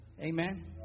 Amen